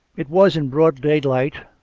it was in broad daylight,